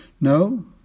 No